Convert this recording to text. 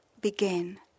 began